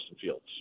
Fields